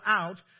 out